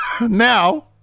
Now